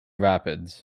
rapids